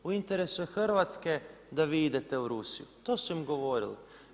U interesu je Hrvatske da vi idete u Rusiju, to su im govorili.